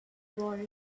boy